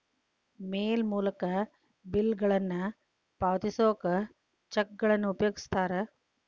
ಮೇಲ್ ಮೂಲಕ ಬಿಲ್ಗಳನ್ನ ಪಾವತಿಸೋಕ ಚೆಕ್ಗಳನ್ನ ಉಪಯೋಗಿಸ್ತಾರ